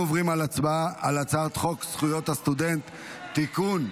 הצעת חוק זכויות הסטודנט (תיקון,